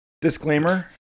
disclaimer